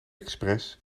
express